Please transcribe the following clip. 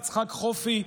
יצחק חופי,